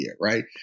right